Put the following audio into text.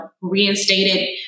reinstated